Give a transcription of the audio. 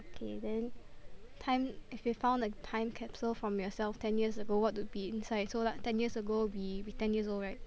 okay then time if you found a time capsule from yourself ten years ago what would be inside so like ten years ago we we ten years old right